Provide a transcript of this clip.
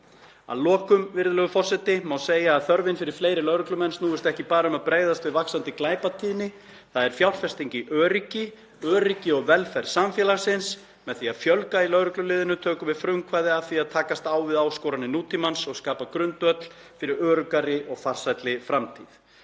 Að lokum, virðulegur forseti, má segja að þörfin fyrir fleiri lögreglumenn snúist ekki bara um að bregðast við vaxandi glæpatíðni. Það er fjárfesting í öryggi og velferð samfélagsins. Með því að fjölga í lögregluliðinu tökum við frumkvæði að því að takast á við áskoranir nútímans og skapa grundvöll fyrir öruggari og farsælli framtíð.